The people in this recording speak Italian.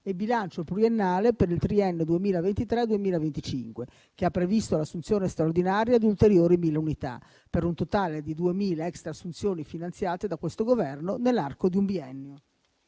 e bilancio pluriennale per il triennio 2023-2025, che ha previsto l'assunzione straordinaria di ulteriori 1.000 unità per un totale di 2.000 extra-assunzioni finanziate da questo Governo nell'arco di un biennio.